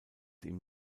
ihm